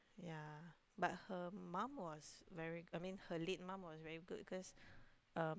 yeah but her mom was very I mean her late mom was very good cause um